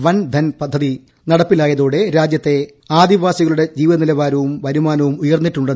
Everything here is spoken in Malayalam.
വൻ ധൻ പദ്ധതി നടപ്പിലായതോടെ രാജ്യത്തെ ആദിവാസികളുടെ ജീവിതനിലവാരവും വരുമാനവും ഉയർന്നിട്ടുണ്ട്